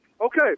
Okay